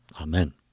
Amen